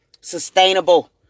sustainable